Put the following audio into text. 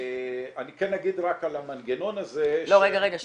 אני כן אגיד על המנגנון הזה -- רגע, שנייה.